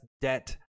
debt